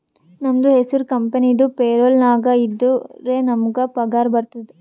ನಮ್ದು ಹೆಸುರ್ ಕಂಪೆನಿದು ಪೇರೋಲ್ ನಾಗ್ ಇದ್ದುರೆ ನಮುಗ್ ಪಗಾರ ಬರ್ತುದ್